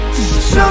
Show